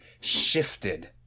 shifted